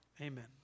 Amen